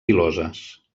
piloses